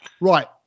right